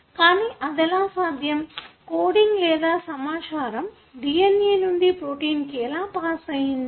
కానీ అదెలా సాధ్యం కోడింగ్ లేదా సమాచారం DNA నుండి ప్రోటీన్ కు ఎలా పాస్ అయ్యింది